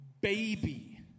baby